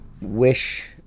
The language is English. wish